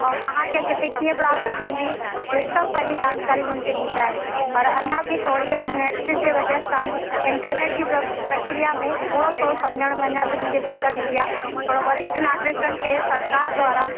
ऐं तव्हांखे अॻिते कीअं प्राप्त थींदी उहे सभु पंहिंजी जानकारी उन्हनि खे बि ॾींदा आहिनि पर अञा बि थोरी नेट जी वजह सां इंटरनेट जी प्र प्रक्रिया में थोरो थोरो सम्झण में अञा बि उन्हनि खे दिक़त ईंदी आहे थोड़ो वरिष्ठ नागरिकनि खे सरकार द्वारा